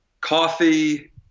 Coffee